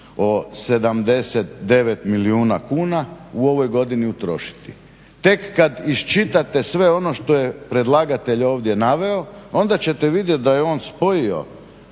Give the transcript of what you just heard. o 79 milijuna kuna u ovoj godini utrošiti. Tek kad iščitate sve ono što je predlagatelj ovdje naveo onda ćete vidjeti da je on spojio